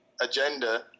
agenda